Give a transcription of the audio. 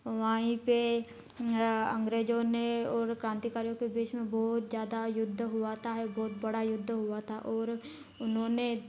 वहीं पर अंग्रेजों ने और क्रांतिकारियों के बीच में बहुत ज्यादा युद्ध हुआ था बोहोत बड़ा युद्ध हुआ था और उन्होंने